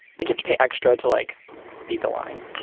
they have to pay extra to like beat the line.